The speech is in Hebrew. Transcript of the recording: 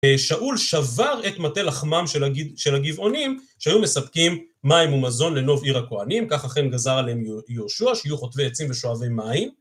שאול שבר את מטה לחמם של הגבעונים, שהיו מספקים מים ומזון לנוב עיר הכוהנים, כך אכן גזר עליהם יהושוע, שיהיו חוטבי עצים ושואבי מים.